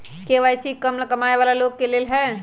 KYC का कम कमाये वाला लोग के लेल है?